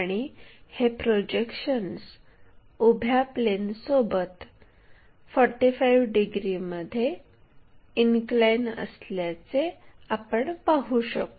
आणि हे प्रोजेक्शन्स उभ्या प्लेनसोबत 45 डिग्रीमध्ये इनक्लाइन असल्याचे आपण पाहू शकतो